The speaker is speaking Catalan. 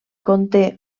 conté